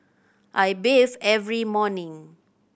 I bathe every morning